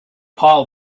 pile